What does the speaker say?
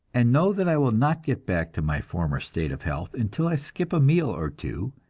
and know that i will not get back to my former state of health until i skip a meal or two,